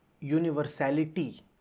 universality